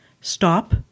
Stop